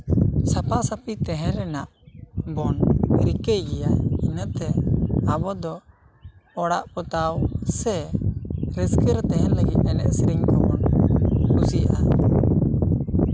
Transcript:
ᱥᱟᱯᱷᱟ ᱥᱟᱯᱷᱤ ᱛᱟᱦᱮᱸ ᱨᱮᱱᱟᱜ ᱵᱚᱱ ᱨᱤᱠᱟᱹᱭ ᱜᱮᱭᱟ ᱤᱱᱟᱹᱛᱮ ᱟᱵᱚ ᱫᱚ ᱚᱲᱟᱜ ᱯᱚᱛᱟᱣ ᱥᱮ ᱨᱟᱹᱥᱠᱟᱹᱨᱮ ᱛᱟᱦᱮᱱ ᱞᱟᱹᱜᱤᱫ ᱮᱱᱮᱡ ᱥᱮᱨᱮᱧ ᱦᱚᱸᱵᱚᱱ ᱠᱩᱥᱤᱭᱟᱜᱼᱟ